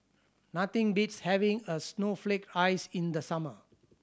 nothing beats having a snowflake ice in the summer